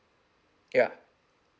ya